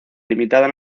limitada